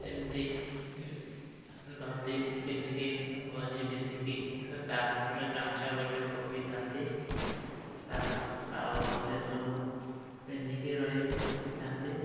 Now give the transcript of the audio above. ଏମିତି ଧୋତି ପିନ୍ଧିକି ଗଞ୍ଜି ପିନ୍ଧିକି ତା ଉପରେ ଗାମୁଛା ଗୋଟେ ପକେଇଥାନ୍ତି ତା ଆଉ ସେସବୁ ପିନ୍ଧିକି ରହିଥାନ୍ତି